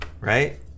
right